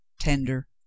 tender